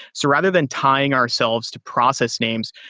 so rather than tying ourselves to process names,